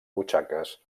butxaques